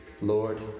Lord